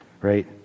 right